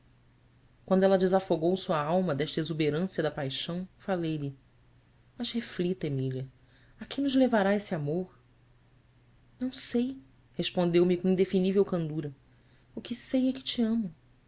quando ela desafogou sua alma desta exuberância da paixão falei-lhe as reflita emília a que nos levará esse amor ão sei respondeu-me com indefinível candura que sei é que te amo